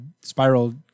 Spiral